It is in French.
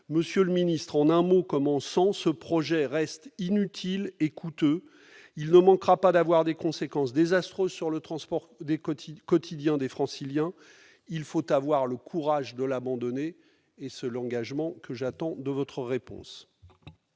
Monsieur le secrétaire d'État, en un mot comme en cent, ce projet reste inutile et coûteux. Il ne manquera pas d'avoir des conséquences désastreuses sur le transport quotidien des Franciliens. Il faut avoir le courage de l'abandonner. C'est l'engagement que j'attends de votre réponse.